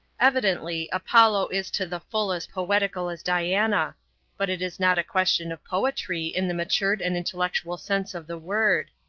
evidently, apollo is to the full as poetical as diana but it is not a question of poetry in the matured and intellectual sense of the word.